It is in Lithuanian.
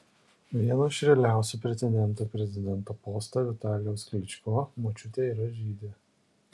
vieno iš realiausių pretendentų į prezidento postą vitalijaus klyčko močiutė yra žydė